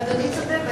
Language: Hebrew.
אדוני צודק.